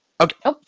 Okay